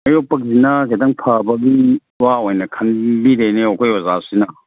ꯑꯌꯣꯛꯄꯒꯤꯁꯤꯅ ꯈꯤꯇꯪ ꯐꯕꯒꯤ ꯋꯥ ꯑꯣꯏꯅ ꯈꯟꯕꯤꯔꯦꯅꯦ ꯑꯩꯈꯣꯏ ꯑꯣꯖꯥꯁꯤꯅ